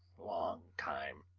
long time